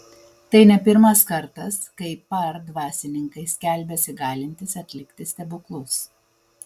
tai ne pirmas kartas kai par dvasininkai skelbiasi galintys atlikti stebuklus